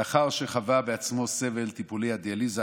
לאחר שחווה בעצמו את סבל טיפולי הדיאליזה,